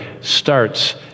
starts